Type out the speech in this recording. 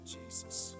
Jesus